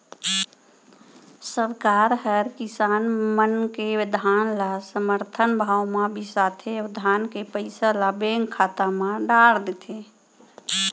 सरकार हर किसान मन के धान ल समरथन भाव म बिसाथे अउ धान के पइसा ल बेंक खाता म डार देथे